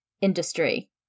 industry